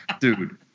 dude